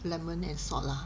lemon and salt lah